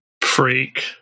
Freak